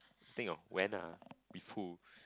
think of when uh with who